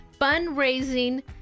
fundraising